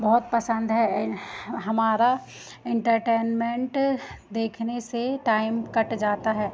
बहुत पसंद है हमारा इंटरटेनमेंट देखने से टाइम कट जाता है